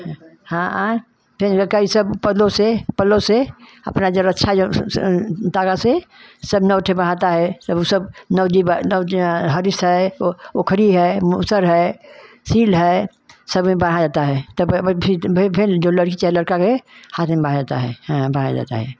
हँ हँ आएँ फिन रकई सब पल्लो से पल्लो से अपना जो रच्छा जो तारा से सब है सब उ सब नवदीप आ नव दिन हरीश है ओ ओखरी है मूसर है सील है सब में बहा देता है तब फेन जो लड़की चाहे लड़का गए बहा देता है हँ बहा देता है